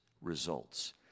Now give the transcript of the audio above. results